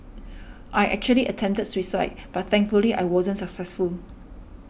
I actually attempted suicide but thankfully I wasn't successful